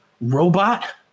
robot